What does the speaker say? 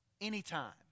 anytime